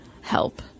help